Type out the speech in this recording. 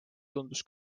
tundus